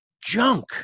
junk